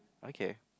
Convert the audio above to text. okay